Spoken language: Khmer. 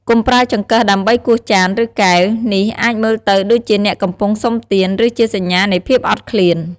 កុំប្រើចង្កឹះដើម្បីគោះចាន ឬកែវ នេះអាចមើលទៅដូចជាអ្នកកំពុងសុំទាន ឬជាសញ្ញានៃភាពអត់ឃ្លាន។